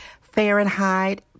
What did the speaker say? Fahrenheit